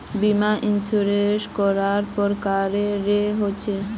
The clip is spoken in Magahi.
बीमा इंश्योरेंस कैडा प्रकारेर रेर होचे